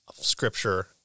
scripture